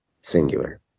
singular